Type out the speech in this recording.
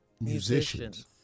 musicians